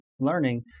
learning